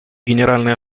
генеральной